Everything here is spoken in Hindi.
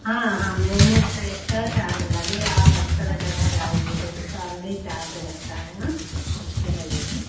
हाँ हाँ मैम उसका एश्ट्रा चार्ज लगेगा आप एस्ट्रा जगह जाओगे तो उसका अलग ही चार्ज रहता है ना इसके वजह से